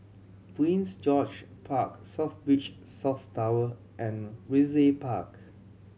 Prince George Park South Beach South Tower and Brizay Park